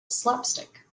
slapstick